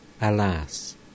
Alas